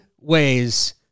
ways